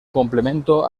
complemento